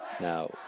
Now